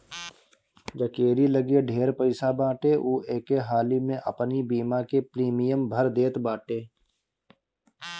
जकेरी लगे ढेर पईसा बाटे उ एके हाली में अपनी बीमा के प्रीमियम भर देत बाटे